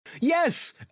Yes